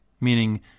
meaning